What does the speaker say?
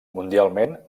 mundialment